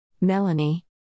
Melanie